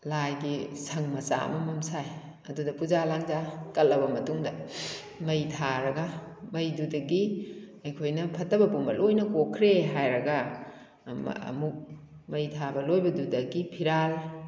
ꯂꯥꯏꯒꯤ ꯁꯪ ꯃꯆꯥ ꯑꯃꯃꯝ ꯁꯥꯏ ꯑꯗꯨꯗ ꯄꯨꯖꯥ ꯂꯪꯖꯥ ꯀꯠꯂꯕ ꯃꯇꯨꯡꯗ ꯃꯩ ꯊꯥꯔꯒ ꯃꯩꯗꯨꯗꯒꯤ ꯑꯩꯈꯣꯏꯅ ꯐꯠꯇꯕ ꯄꯨꯝꯕ ꯂꯣꯏꯅ ꯀꯣꯛꯈ꯭ꯔꯦ ꯍꯥꯏꯔꯒ ꯑꯃ ꯑꯃꯨꯛ ꯃꯩ ꯊꯥꯕ ꯂꯣꯏꯕꯗꯨꯗꯒꯤ ꯐꯤꯔꯥꯜ